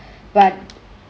but